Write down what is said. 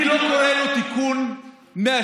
אני לא קורא לו תיקון 116